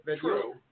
True